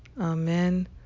Amen